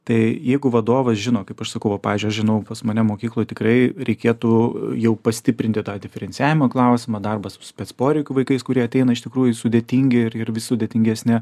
tai jeigu vadovas žino kaip aš sakau va pavyzdžiui aš žinau pas mane mokykloj tikrai reikėtų jau pastiprinti tą diferencijavimo klausimą darbas su spec poreikių vaikais kurie ateina iš tikrųjų sudėtingi ir ir vis sudėtingesni